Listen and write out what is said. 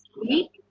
week